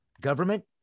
government